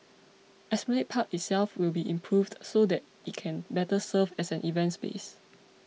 Esplanade Park itself will be improved so that it can better serve as an event space